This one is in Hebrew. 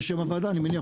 בשם הוועדה אני מניח,